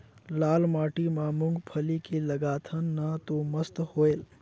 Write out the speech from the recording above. लाल माटी म मुंगफली के लगाथन न तो मस्त होयल?